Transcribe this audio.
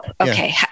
Okay